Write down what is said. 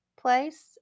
Place